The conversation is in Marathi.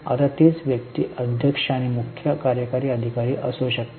आता तीच व्यक्ती अध्यक्ष आणि मुख्य कार्यकारी अधिकारी असू शकते